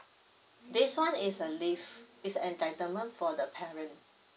this one is a leave is entitlement for the parent